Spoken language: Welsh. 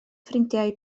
ffrindiau